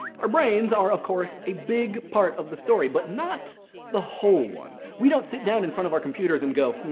our brains are, of course, a big part of the story, but not the whole one. we don't sit down in front of our computers and go,